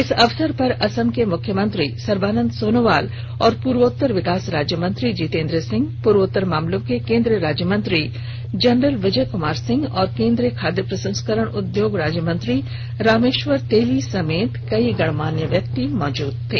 इस अवसर पर असम के मुख्यनमंत्री सर्बानंद सोनोवाल और पूर्वोत्तर विकास राज्य मंत्री जितेन्द्र सिंह पूर्वोत्तर मामलों के केन्द्रीय राज्य मंत्री जनरल विजय कुमार सिंह और केन्द्रीय खाद्य प्रसंस्करण उद्योग राज्य मंत्री रामेश्वर तेली समेत कई गण्यमान्य व्यक्ति उपस्थित थे